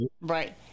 right